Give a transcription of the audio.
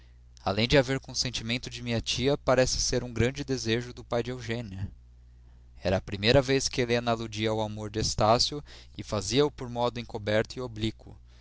além de haver consentimento de minha tia parece ser um grande desejo do pai de eugênia era a primeira vez que helena aludia ao amor de estácio e fazia-o por modo encoberto e oblíquo